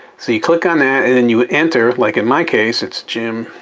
so you click on that and then you enter, like, in my case it's jim